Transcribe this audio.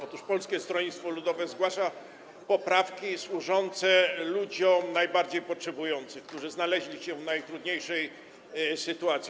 Otóż Polskie Stronnictwo Ludowe zgłasza poprawki służące ludziom najbardziej potrzebującym, którzy znaleźli się w najtrudniejszej sytuacji.